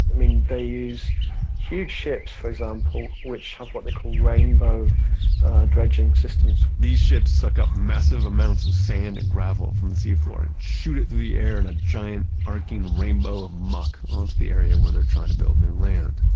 i mean, they huge ships, for example, which have what they call rainbow dredging systems. these ships suck up massive amounts of sand and gravel from the seafloor and shoot it through the air in a giant arching rainbow of muck onto the area where they're trying to build new land.